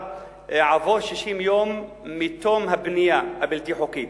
עבור 60 יום מתום הבנייה הבלתי-חוקית.